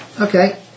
Okay